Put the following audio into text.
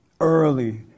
early